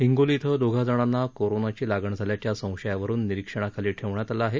हिंगोली इथं दोघा जणांना कोरोनाची लागण झाल्याच्या संशयावरुन निरीक्षणाखाली ठेवण्यात आलं आहे